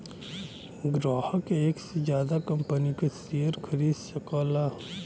ग्राहक एक से जादा कंपनी क शेयर खरीद सकला